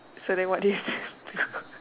so then what they